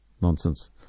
Nonsense